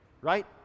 right